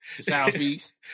Southeast